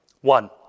One